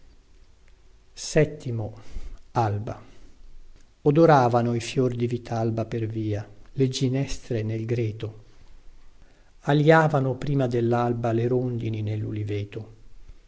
cu cu odoravano i fior di vitalba per via le ginestre nel greto alïavano prima dellalba le rondini nelluliveto